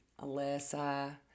Alyssa